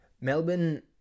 Melbourne